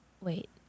Wait